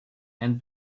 and